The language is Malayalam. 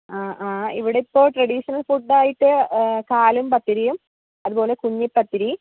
ആ ആ ഇവിടെ ഇപ്പോൾ ട്രഡീഷണൽ ഫുഡ് ആയിട്ട് കാലും പത്തിരിയും അതുപോലെ കുഞ്ഞിപത്തിരി